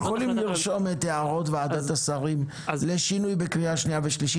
יכולים לרשום את הערות ועדת השרים לשינוי בקריאה השנייה והשלישית.